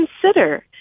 consider